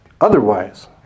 otherwise